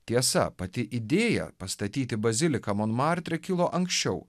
tiesa pati idėja pastatyti baziliką monmartre kilo anksčiau